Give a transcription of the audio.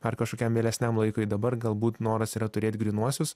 ar kažkokiam vėlesniam laikui dabar galbūt noras yra turėt grynuosius